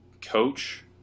coach